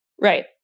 Right